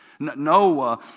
Noah